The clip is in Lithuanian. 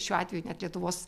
šiuo atveju net lietuvos